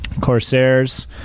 Corsairs